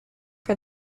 for